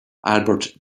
albert